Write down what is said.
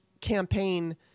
campaign